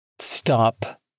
stop